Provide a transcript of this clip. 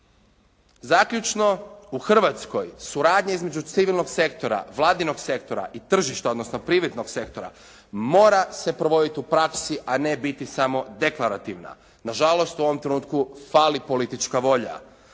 Zaključno u Hrvatskoj suradnja između civilnog sektora, vladinog sektora i tržišta odnosno … /Govornik se ne razumije./ … sektora mora se provoditi u praksi, a ne biti samo deklarativna. Nažalost u ovom trenutku fali politička volja.